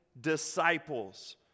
disciples